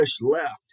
left